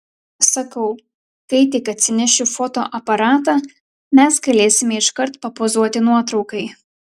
sakau kai tik atsinešiu fotoaparatą mes galėsime iškart papozuoti nuotraukai